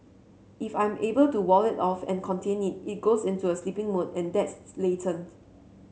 if I'm able to wall it off and contain it it goes into a sleeping mode and that's latent